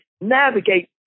navigate